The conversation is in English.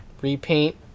repaint